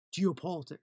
geopolitics